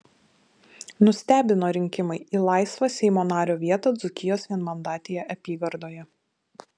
nustebino rinkimai į laisvą seimo nario vietą dzūkijos vienmandatėje apygardoje